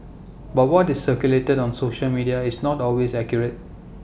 but what is circulated on social media is not always accurate